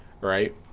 right